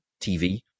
TV